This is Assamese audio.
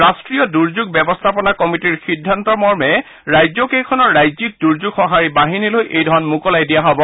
ৰাষ্ট্ৰীয় দুৰ্যোগ ব্যৱস্থাপনা কমিটিৰ সিদ্ধান্তমৰ্মে ৰাজ্যকেইখনৰ ৰাজ্যিক দুৰ্যোগ সঁহাৰি বাহিনীলৈ এই ধন মোকলাই দিয়া হব